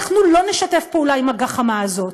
אנחנו לא נשתף פעולה עם הגחמה הזאת,